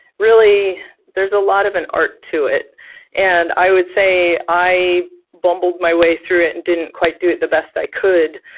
really there is a lot of an art to it and i would say i bumbled my way through it and didn't quite do it the best i could.